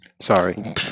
Sorry